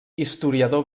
historiador